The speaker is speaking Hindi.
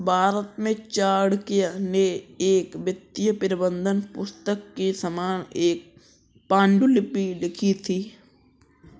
भारत में चाणक्य ने एक वित्तीय प्रबंधन पुस्तक के समान एक पांडुलिपि लिखी थी